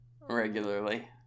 Regularly